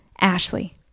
Ashley